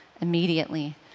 immediately